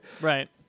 Right